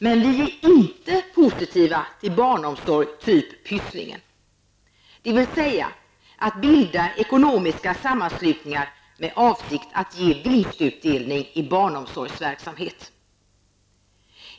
Men vi är inte positiva till barnomsorg av typ Pysslingen -- dvs. bildandet av ekonomiska sammanslutningar i avsikt att ge vinstutdelning i barnomsorgsverksamhet.